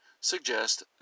suggest